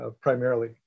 primarily